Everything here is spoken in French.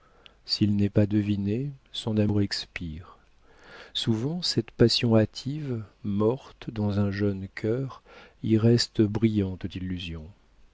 s'il n'est pas deviné son amour expire souvent cette passion hâtive morte dans un jeune cœur y reste brillante d'illusions